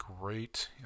great